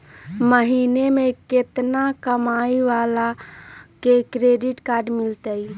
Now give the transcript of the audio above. महीना में केतना कमाय वाला के क्रेडिट कार्ड मिलतै?